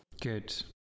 Good